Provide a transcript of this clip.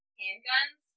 handguns